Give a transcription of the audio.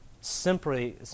simply